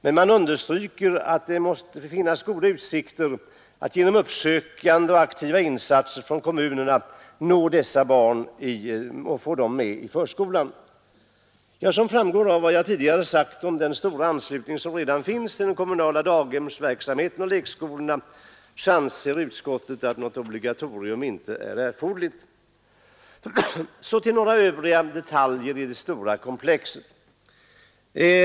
Men man understryker att det måste finnas goda utsikter att genom uppsökande och aktiva insatser från kommunerna få dessa barn med i förskolan. Som framgår av vad jag tidigare sagt om den stora anslutning som redan nu finns till den kommunala daghemsverksamheten och till lekskolorna så anser utskottet att något obligatorium inte är erforderligt. Så till några andra detaljer i det stora komplexet.